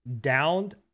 downed